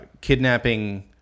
kidnapping